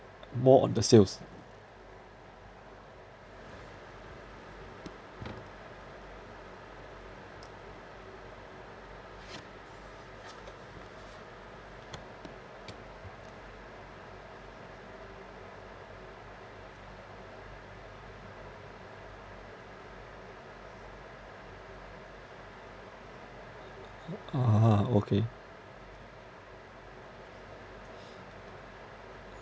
more on the sales a'ah okay